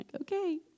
okay